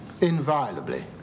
inviolably